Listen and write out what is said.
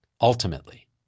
ultimately